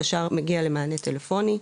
הוא ישר מגיע למענה טלפוני.